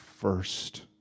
first